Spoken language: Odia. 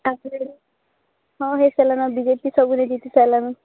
ତାଙ୍କ ଆଡ଼େ ହଁ ହେଇ ସାରଲାନ ବିଜେପି ସବୁରେ ଜିତି ସାଇଲାନ